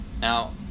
Now